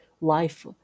life